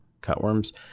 cutworms